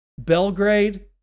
belgrade